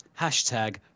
hashtag